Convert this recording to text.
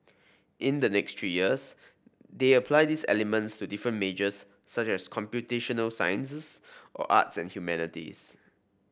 in the next three years they apply these elements to different majors such as computational sciences or arts and humanities